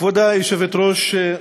כבוד היושבת-ראש,